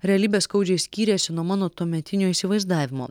realybė skaudžiai skyrėsi nuo mano tuometinio įsivaizdavimo